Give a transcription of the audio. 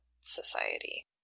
society